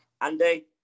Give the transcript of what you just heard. Andy